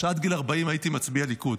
עד גיל 40 הייתי מצביע ליכוד.